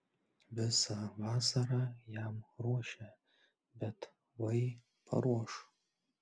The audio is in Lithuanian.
visą vasarą jam ruošia bet vai paruoš